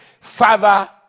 father